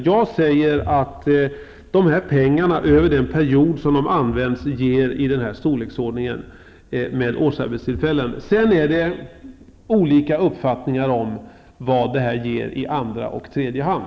Jag säger att pengarna över den period de skall användas ger denna mängd med årsarbetstillfällen. Sedan finns det olika uppfattningar om vad detta kan ge i andra och tredje hand.